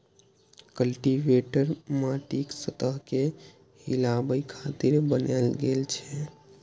cultivator माटिक सतह कें हिलाबै खातिर बनाएल गेल छै